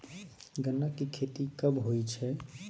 गन्ना की खेती कब होय छै?